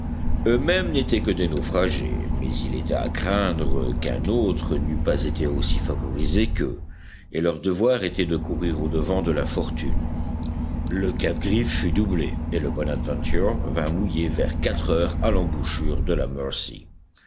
eux-mêmes n'étaient que des naufragés mais il était à craindre qu'un autre n'eût pas été aussi favorisé qu'eux et leur devoir était de courir au-devant de l'infortune le cap griffe fut doublé et le bonadventure vint mouiller vers quatre heures à l'embouchure de la mercy